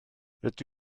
rydw